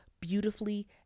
beautifully